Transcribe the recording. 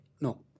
No